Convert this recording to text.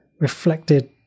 reflected